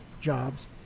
jobs